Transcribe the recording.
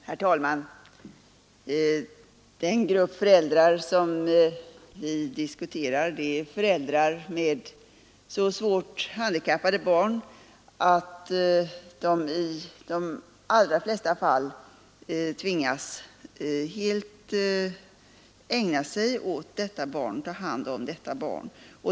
Herr talman! Den grupp föräldrar som vi diskuterar är föräldrar med så svårt handikappade barn att de i de allra flesta fall tvingas helt ägna sig åt att ta hand om detta barn.